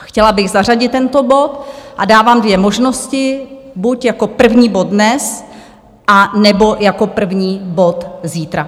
Chtěla bych zařadit tento bod a dávám dvě možnosti: buď jako první bod dnes, nebo jako první bod zítra.